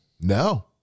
No